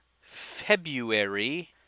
February